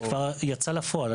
זה כבר יצא לפועל.